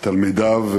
תלמידיו,